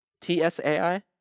T-S-A-I